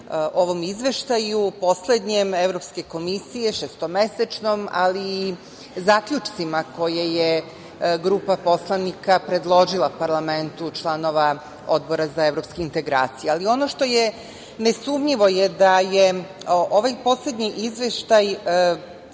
ovom izveštaju poslednjem Evropske komisije, šestomesečnom, ali i zaključcima koje je grupa poslanika predložila parlamentu članova Odbora za evropske integracije. Ono što je nesumnjivo jeste da je ovaj poslednji izveštaj